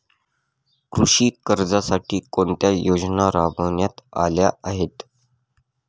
कृषी कर्जासाठी कोणत्या योजना राबविण्यात आल्या आहेत?